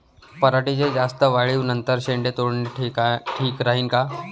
पराटीच्या जास्त वाढी नंतर शेंडे तोडनं ठीक राहीन का?